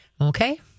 Okay